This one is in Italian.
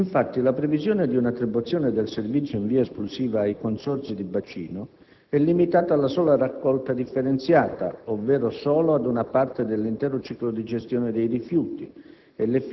Infatti, la previsione di un'attribuzione del servizio in via esclusiva ai Consorzi di bacino è limitata alla sola raccolta differenziata, ovvero solo ad una parte dell'intero ciclo di gestione dei rifiuti,